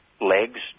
legs